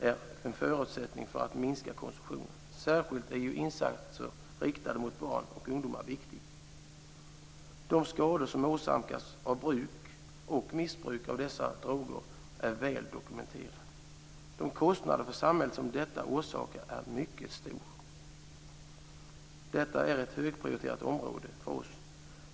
är en förutsättning för att minska konsumtionen. Särskilt viktiga är insatser riktade mot barn och ungdomar. De skador som åsamkas av bruk och missbruk av dessa droger är väl dokumenterade. De kostnader för samhället som detta orsakar är mycket stora. Detta är ett högprioriterat område för oss.